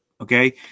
okay